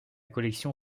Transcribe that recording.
collection